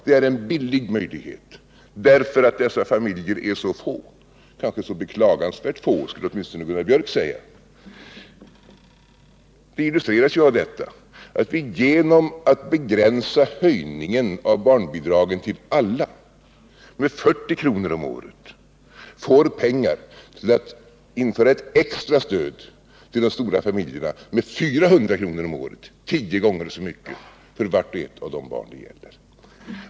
Det är också en billig möjlighet, på grund av att dessa familjer är så få, kanske så beklagansvärt få — det skulle åtminstone Gunnar Biörck säga. Genom att begränsa höjningen av barnbidragen till alla med 40 kr. om året får vi pengar att införa ett extra stöd till de stora familjerna med 400 kr. om året — tio gånger så mycket för vart och ett av barnen som det gäller.